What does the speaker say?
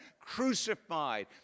crucified